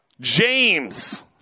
James